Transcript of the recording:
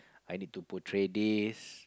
I need to put tray disc